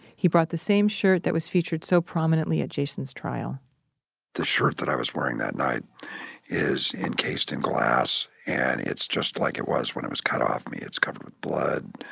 he brought the same shirt that was featured so prominently at jason's trial the shirt that i was wearing that night is encased in glass and it's just like it was when it was cut off me it's covered with blood,